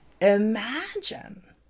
imagine